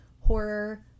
horror